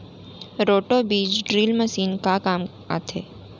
Roto बीज drill machine का काम आथे?